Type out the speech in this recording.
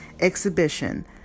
exhibition